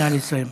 נא לסיים.